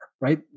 right